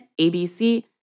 ABC